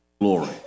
glory